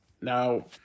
Now